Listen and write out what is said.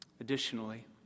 Additionally